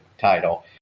title